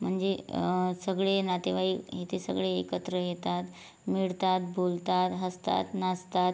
म्हणजे सगळे नातेवाईक हे ते सगळे एकत्र येतात मिळतात बोलतात हसतात नाचतात